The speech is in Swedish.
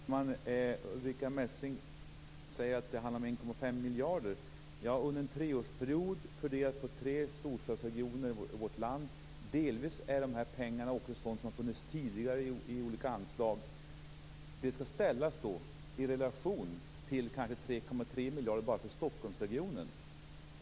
Fru talman! Ulrica Messing säger att det handlar om 1,5 miljarder. Ja, men det är under en treårsperiod fördelat på tre storstadsregioner i vårt land. Delvis är detta pengar som har funnits tidigare i olika anslag. Det skall ställas i relation till 3,3 miljarder kanske bara för Stockholmsregionen.